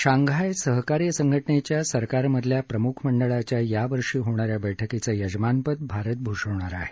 Shanghai सहकार्य संघटनेच्या सरकार मधल्या प्रम्ख मंडळाच्या या वर्षी होणा या बैठकीचं यजमानपद भारत भूषवणार आहे